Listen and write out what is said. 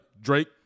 Drake